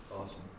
Awesome